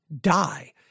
die